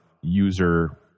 user